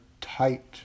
tight